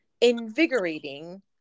invigorating